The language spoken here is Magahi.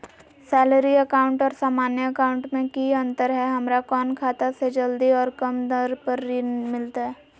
सैलरी अकाउंट और सामान्य अकाउंट मे की अंतर है हमरा कौन खाता से जल्दी और कम दर पर ऋण मिलतय?